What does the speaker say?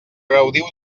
gaudiu